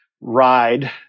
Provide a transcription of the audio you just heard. ride